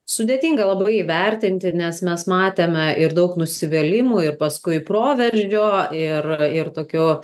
sudėtinga labai įvertinti nes mes matėme ir daug nusivylimų ir paskui proveržio ir ir tokio